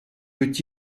peut